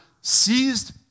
seized